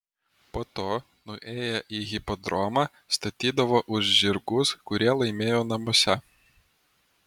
po to nuėję į hipodromą statydavo už žirgus kurie laimėjo namuose